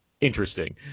interesting